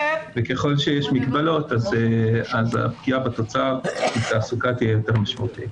וככל שיש מגבלות אז הפגיעה בתוצר ובתעסוקה תהיה יותר משמעותית.